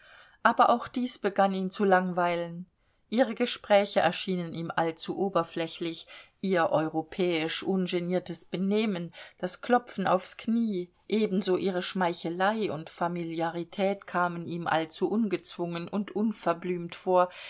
aber auch dies begann ihn zu langweilen ihre gespräche erschienen ihm allzu oberflächlich ihr europäisch ungeniertes benehmen das klopfen aufs knie ebenso ihre schmeichelei und familiarität kamen ihm allzu ungezwungen und unverblümt vor